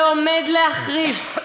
ועומד להחריף,